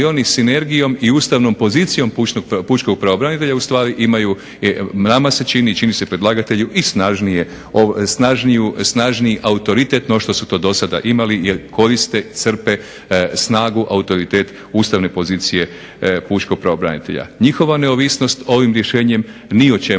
oni sinergijom i ustavnom pozicijom pučkog pravobranitelja ustvari imaju nama se čini, čini se predlagatelju, i snažniji autoritet no što su to dosada imali jer koriste, crpe snagu, autoritet ustavne pozicije pučkog pravobranitelja. Njihova neovisnost ovim rješenjem ni o čemu